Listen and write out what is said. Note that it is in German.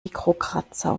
mikrokratzer